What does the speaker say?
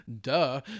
Duh